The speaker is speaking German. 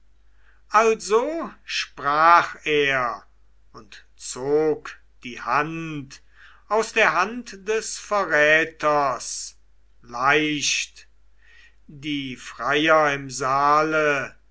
also sprach er und zog die hand aus der hand des verräters leicht die freier im saale